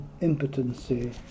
impotency